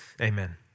Amen